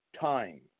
time